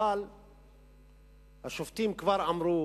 אבל השופטים כבר אמרו